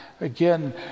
Again